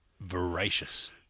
voracious